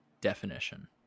definition